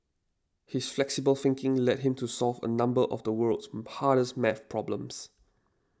his flexible thinking led him to solve a number of the world's hardest math problems